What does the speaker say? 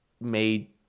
made